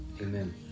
Amen